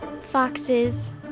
foxes